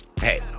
hey